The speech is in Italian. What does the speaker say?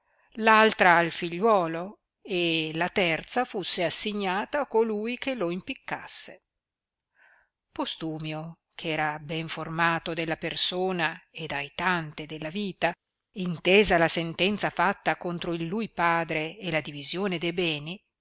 l'altra al figliuolo e la terza fusse assignata a colui che lo impiccasse postumio che era ben formato della persona ed aitante della vita intesa la sentenza fatta contro il lui padre e la divisione de beni